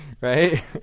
Right